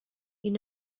you